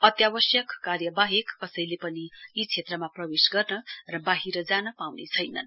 अत्यावश्यक कार्य बाहेक कसैले पनि यी क्षेत्रमा प्रवेश गर्न र बाहिर जान पाउने छैनन्